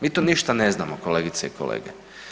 Mi to ništa ne znamo, kolegice i kolege.